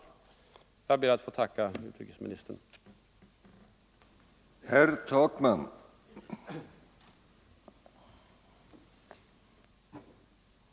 Jag ber till sist åter att få tacka utrikesministern för svaret.